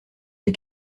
des